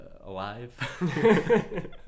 alive